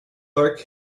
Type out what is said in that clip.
dark